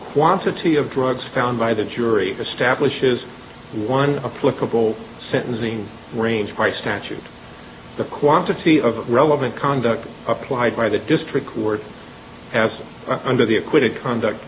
quantity of drugs found by the jury establishes one a political sentencing range quite statute the quantity of relevant conduct applied by the district court as under the acquitted conduct